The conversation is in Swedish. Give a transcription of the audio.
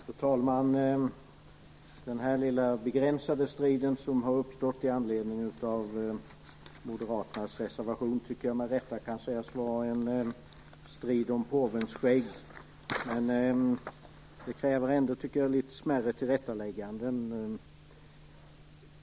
Fru talman! Den här lilla begränsade striden som har uppstått i anledning av Moderaternas reservation tycker jag med rätta kan sägas vara en strid om påvens skägg. Men den kräver ändå några smärre tillrättalägganden.